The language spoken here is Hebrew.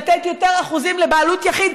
לתת יותר אחוזים לבעלות יחיד,